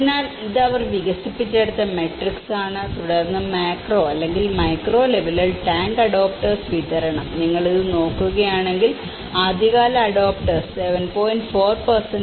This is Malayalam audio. അതിനാൽ ഇത് അവർ വികസിപ്പിച്ചെടുത്ത മാട്രിക്സ് ആണ് തുടർന്ന് മാക്രോ അല്ലെങ്കിൽ മൈക്രോ ലെവലിൽ ടാങ്ക് അഡോപ്റ്റേഴ്സ് വിതരണം നിങ്ങൾ ഇത് നോക്കുകയാണെങ്കിൽ ആദ്യകാല അഡോപ്റ്റേഴ്സ് 7